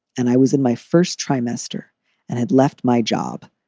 and i was in my first trimester and had left my job.